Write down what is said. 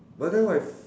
but then what if